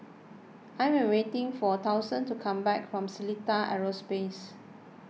I am waiting for Dustan to come back from Seletar Aerospace